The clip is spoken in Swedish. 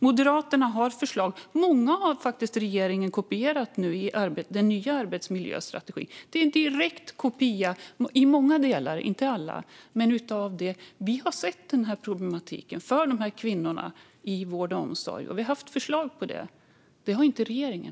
Moderaterna har förslag, och många av dem har regeringen kopierat nu i den nya arbetsmiljöstrategin. Den är en direkt kopia i många delar, inte alla. Vi har sett problematiken för dessa kvinnor i vård och omsorg, och vi har haft förslag. Det har inte regeringen.